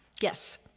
Yes